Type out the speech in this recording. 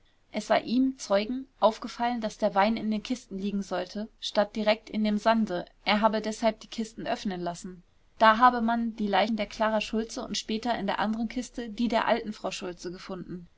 es sei ihm zeugen aufgefallen daß der wein in kisten liegen sollte statt direkt in dem sande er habe deshalb die kiste öffnen lassen da habe man die leiche der klara schultze und später in der anderen kiste die der alten frau schultze gefunden